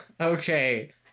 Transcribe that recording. okay